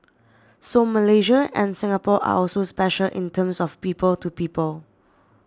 so Malaysia and Singapore are also special in terms of people to people